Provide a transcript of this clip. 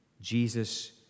Jesus